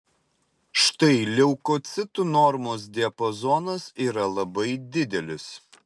štai leukocitų normos diapazonas yra labai didelis